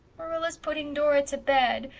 marilla's putting dora to bed,